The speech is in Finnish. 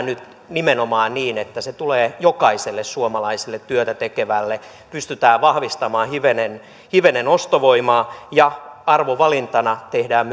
nyt nimenomaan niin että se tulee jokaiselle suomalaiselle työtä tekevälle pystytään vahvistamaan hivenen hivenen ostovoimaa ja arvovalintana tehdään